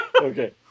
Okay